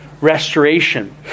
restoration